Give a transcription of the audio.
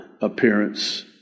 Appearance